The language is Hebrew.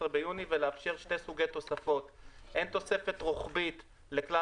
ביוני ולאפשר שני סוגי תוספות - הן תוספת רוחבית לכלל